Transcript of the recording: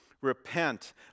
Repent